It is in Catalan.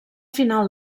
final